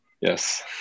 Yes